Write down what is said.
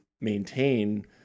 maintain